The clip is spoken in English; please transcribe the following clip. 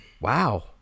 Wow